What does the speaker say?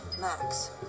max